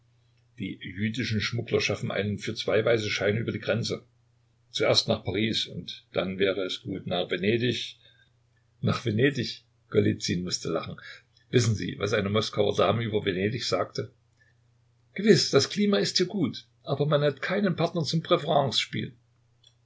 die jüdischen schmuggler schaffen einen für zwei weiße scheine über die grenze zuerst nach paris und dann wäre es gut nach venedig nach venedig golizyn mußte lachen wissen sie was eine moskauer dame über venedig sagte gewiß das klima ist hier gut aber man hat keinen partner zum